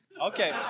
Okay